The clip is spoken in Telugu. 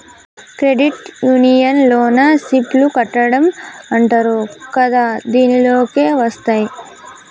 క్రెడిట్ యూనియన్ లోన సిప్ లు కట్టడం అంటరు కదా దీనిలోకే వస్తాయ్